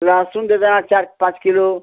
लहसन के साथ चार पाँच किलो